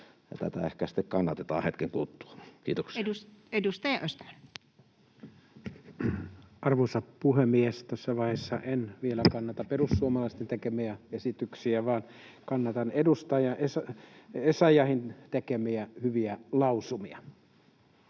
Tätä ehkä sitten kannatetaan hetken kuluttua. — Kiitoksia. Edustaja Östman. Arvoisa puhemies! Tässä vaiheessa en vielä kannata perussuomalaisten tekemiä esityksiä vaan kannatan edustaja Essayahin tekemiä hyviä lausumia.